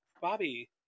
Bobby